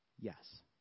yes